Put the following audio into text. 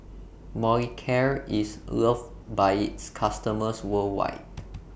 Molicare IS loved By its customers worldwide